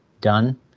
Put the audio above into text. done